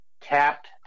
tapped